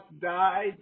died